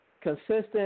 consistent